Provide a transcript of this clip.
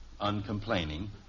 uncomplaining